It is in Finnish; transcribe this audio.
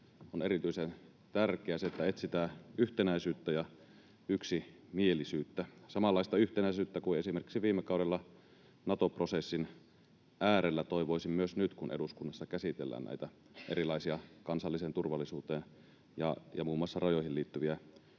on erityisen tärkeää, että etsitään yhtenäisyyttä ja yksimielisyyttä. Samanlaista yhtenäisyyttä kuin esimerkiksi viime kaudella Nato-prosessin äärellä toivoisin myös nyt, kun eduskunnassa käsitellään näitä erilaisia kansalliseen turvallisuuteen ja muun muassa rajoihin liittyviä